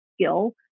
skill